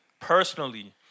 personally